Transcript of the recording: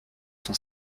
son